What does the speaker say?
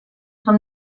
són